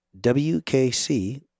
wkc